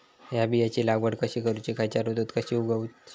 हया बियाची लागवड कशी करूची खैयच्य ऋतुत कशी उगउची?